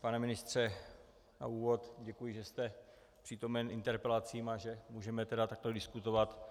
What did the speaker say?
Pane ministře, na úvod děkuji, že jste přítomen interpelacím, a že můžeme tedy takto diskutovat.